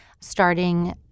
Starting